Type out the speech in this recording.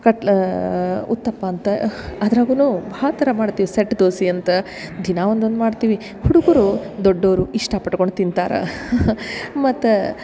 ಕಟ್ಲ ಉತ್ತಪ್ಪ ಅಂತ ಅದರಾಗೂನು ಭಾಳ ಥರ ಮಾಡ್ತೀವಿ ಸೆಟ್ ದೋಸಿ ಅಂತ ದಿನ ಒಂದೊಂದು ಮಾಡ್ತೀವಿ ಹುಡುಗರು ದೊಡ್ಡೋರು ಇಷ್ಟ ಪಟ್ಕೊಂಡು ತಿಂತಾರೆ ಮತ್ತ